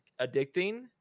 addicting